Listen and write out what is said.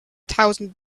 thousand